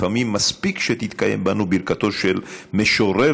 לפעמים מספיק שתתקיים בנו ברכתו של משורר